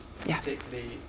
particularly